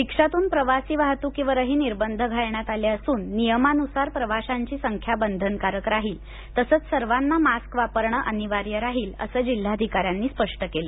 रिक्षातून प्रवासी वाहतुकीवरही निर्बंध घालण्यात आले असून नियमानुसार प्रवाशांची संख्या बंधनकारक राहील तसंच सर्वांना मास्क वापरणं अनिर्वाय राहील असं जिल्हाधिकाऱ्यांनी स्पष्ट केलं